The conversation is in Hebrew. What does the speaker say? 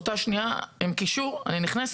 באותה שנייה אני נכנסת